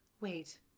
Wait